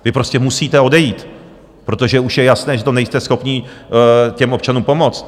Vy prostě musíte odejít, protože už je jasné, že nejste schopni těm občanům pomoct.